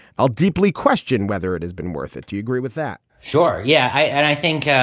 i'll deeply question whether it has been worth it. do you agree with that? sure. yeah. and i think,